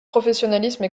professionnalisme